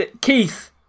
Keith